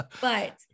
but-